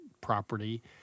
property